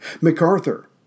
MacArthur